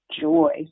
joy